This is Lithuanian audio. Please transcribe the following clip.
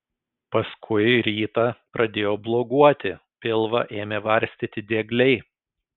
paskui rytą pradėjo bloguoti pilvą ėmė varstyti diegliai